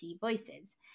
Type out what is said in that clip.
voices